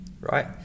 Right